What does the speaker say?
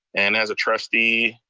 and as trustee,